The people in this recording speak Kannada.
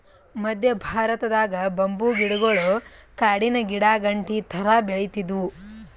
ಮದ್ಯ ಭಾರತದಾಗ್ ಬಂಬೂ ಗಿಡಗೊಳ್ ಕಾಡಿನ್ ಗಿಡಾಗಂಟಿ ಥರಾ ಬೆಳಿತ್ತಿದ್ವು